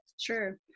Sure